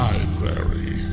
Library